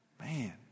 Man